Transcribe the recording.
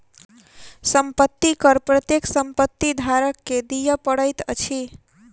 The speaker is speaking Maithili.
संपत्ति कर प्रत्येक संपत्ति धारक के दिअ पड़ैत अछि